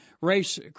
race